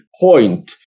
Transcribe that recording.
point